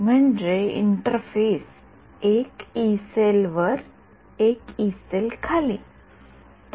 म्हणजे इंटरफेस एक यी सेल वर एक यी सेल खाली